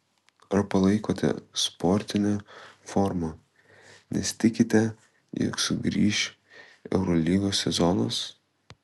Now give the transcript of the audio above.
ar palaikote sportinę formą nes tikite jog sugrįš eurolygos sezonas